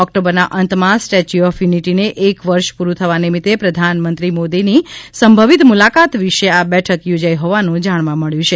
ઓક્ટોબરના અંતમાં statue of યુનિટીને એક વર્ષ પુરુ થવા નિમિત્ત પ્રધાનમંત્રી મોદીની સંભવિત મુલાકાત વિશે આ બેઠક થોજાઇ હોવાનું જાણવા મબ્યું છે